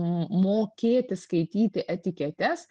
m mokėti skaityti etiketes